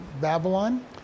Babylon